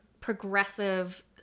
progressive